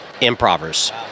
improvers